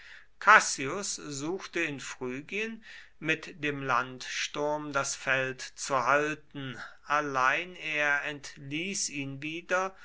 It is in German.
cassius suchte in phrygien mit dem landsturm das feld zu halten allein er entließ ihn wieder